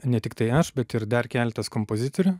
ne tiktai aš bet ir dar keletas kompozitorių